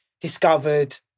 discovered